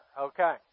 okay